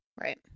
Right